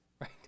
right